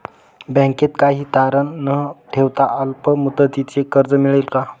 बँकेत काही तारण न ठेवता अल्प मुदतीचे कर्ज मिळेल का?